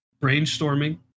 Brainstorming